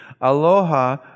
Aloha